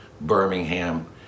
Birmingham